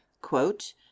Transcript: quote